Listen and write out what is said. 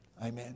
Amen